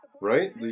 Right